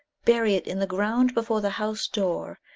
bury it in the ground before the house door.